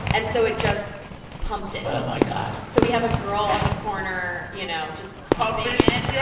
and so it just pumped it oh, my god so we have a girl on the corner, you know, just pumping it. yeah